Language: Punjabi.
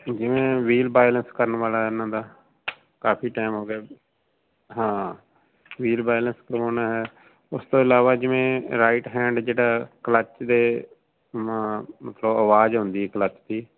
ਜਿਵੇਂ ਵੀਲ ਬਾਇਲੈਂਸ ਕਰਨ ਵਾਲਾ ਇਹਨਾਂ ਦਾ ਕਾਫੀ ਟਾਈਮ ਹੋ ਗਿਆ ਹਾਂ ਵੀਲ ਬੈਂਲਸ ਖਰਾਉਣਾ ਹੈ ਉਸ ਤੋਂ ਇਲਾਵਾ ਜਿਵੇਂ ਰਾਈਟ ਹੈਂਡ ਜਿਹੜਾ ਕਲੱਚ ਦੇ ਮ ਮਤਲਬ ਆਵਾਜ਼ ਆਉਂਦੀ ਕਲੱਚ ਦੀ